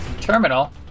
Terminal